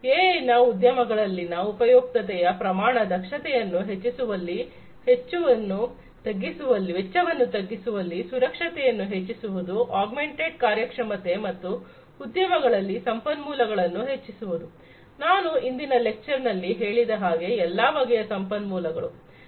ಎಐನ ಉದ್ಯಮಗಳಲ್ಲಿನ ಉಪಯುಕ್ತತೆಯ ಪ್ರಮಾಣ ದಕ್ಷತೆಯನ್ನು ಹೆಚ್ಚಿಸುವಲ್ಲಿ ವೆಚ್ಚವನ್ನು ತಗ್ಗಿಸುವುದು ಸುರಕ್ಷತೆಯನ್ನು ಹೆಚ್ಚಿಸುವುದು ಆಗ್ಮೆಂಟೆಡ್ ಕಾರ್ಯಕ್ಷಮತೆ ಮತ್ತು ಉದ್ಯಮಗಳಲ್ಲಿ ಸಂಪನ್ಮೂಲಗಳನ್ನು ಹೆಚ್ಚಿಸುವುದು ನಾನು ಇಂದಿನ ಲೆಕ್ಚರ್ ನಲ್ಲಿ ಹೇಳಿದ ಹಾಗೆ ಎಲ್ಲಾ ಬಗೆಯ ಸಂಪನ್ಮೂಲಗಳು